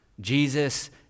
Jesus